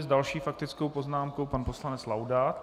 Další s faktickou poznámkou pan poslanec Laudát.